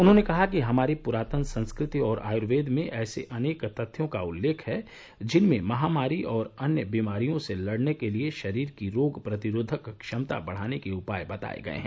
उन्होंने कहा कि हमारी पुरातन संस्कृति और आयूर्वेद में ऐसे अनेक तथ्यों का उल्लेख है जिनमें महामारी और अन्य बीमारियों से लड़ने के लिए शरीर की रोग प्रतिरोधक क्षमता बढ़ाने के उपाय बताए गए हैं